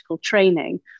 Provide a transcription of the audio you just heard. training